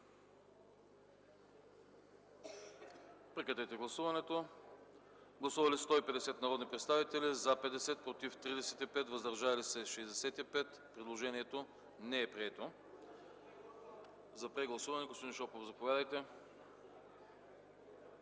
предложение. Гласували 150 народни представители: за 50, против 35, въздържали се 65. Предложението не е прието. За прегласуване – господин Шопов, заповядайте.